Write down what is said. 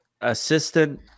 assistant